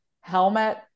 helmet